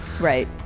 Right